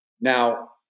Now